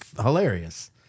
hilarious